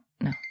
no